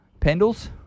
Pendles